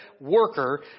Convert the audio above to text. worker